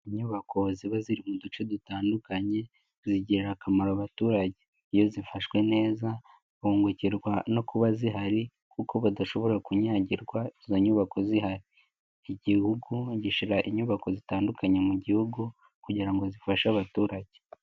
Inyubako ziba ziri mu duce dutandukanye zigirira akamaro abaturage, iyo zifashwe neza banogerwa no kuba zihari kuko badashobora kunyagirwa izo nyubako zihari, Igihugu gishyira inyubako zitandukanye mu Gihugu kugira ngo zifashe abaturage.